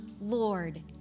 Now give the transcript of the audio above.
Lord